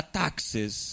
taxes